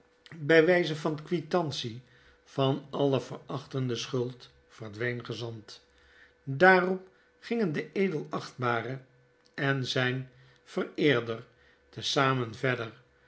by wyze van quitantie van alle verachtende schuld verdween gezant daarop gingen de edelachtbare en zyn vereerder te zamen verder